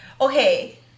Okay